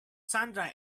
sundry